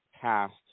passed